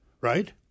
right